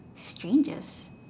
strangest